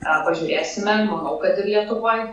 na pažiūrėsime manau kad ir lietuvoj